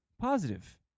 positive